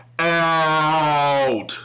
out